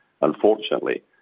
unfortunately